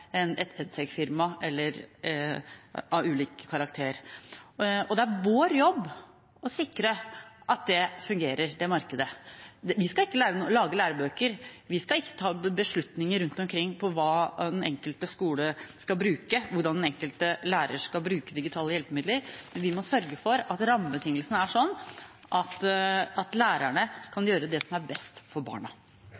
av ulik karakter – og det er vår jobb å sikre at det markedet fungerer. Vi skal ikke lage lærebøker. Vi skal ikke ta beslutninger rundt omkring om hva den enkelte skole og den enkelte lærer skal bruke av digitale hjelpemidler, men vi må sørge for at rammebetingelsene er slik at lærerne kan